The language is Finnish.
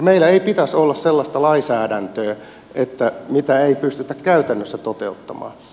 meillä ei pitäisi olla sellaista lainsäädäntöä mitä ei pystytä käytännössä toteuttamaan